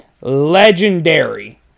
Legendary